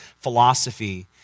philosophy